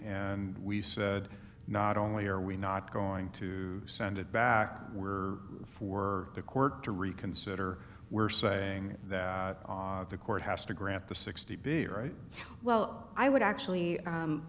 and we said not only are we not going to send it back we're for the court to reconsider we're saying that the court has to grant the sixty be right well i would actually